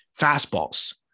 fastballs